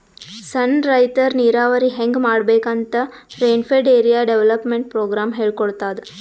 ಸಣ್ಣ್ ರೈತರ್ ನೀರಾವರಿ ಹೆಂಗ್ ಮಾಡ್ಬೇಕ್ ಅಂತ್ ರೇನ್ಫೆಡ್ ಏರಿಯಾ ಡೆವಲಪ್ಮೆಂಟ್ ಪ್ರೋಗ್ರಾಮ್ ಹೇಳ್ಕೊಡ್ತಾದ್